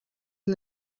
and